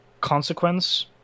consequence